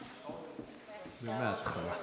ומהתחלה.